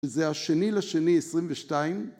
זה השני לשני 22.